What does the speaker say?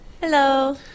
Hello